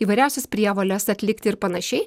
įvairiausias prievoles atlikti ir panašiai